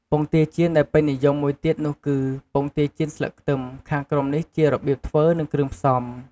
ពងទាចៀនដែលពេញនិយមមួយទៀតនោះគឺ ពងទាចៀនស្លឹកខ្ទឹម ខាងក្រោមនេះជារបៀបធ្វើនិងគ្រឿងផ្សំ។